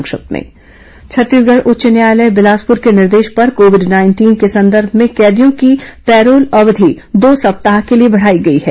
संक्षिप्त समाचार छत्तीसगढ़ उच्च न्यायालय बिलासपुर के निर्देश पर कोविड नाइंटीन के संदर्भ में कैदियों की पैरोल अवधि दो सप्ताह के लिए बढ़ाई गई है